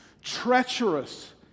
treacherous